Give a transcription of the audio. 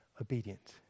obedient